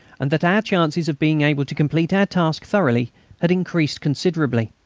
and that our chances of being able to complete our task thoroughly had increased considerably.